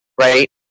right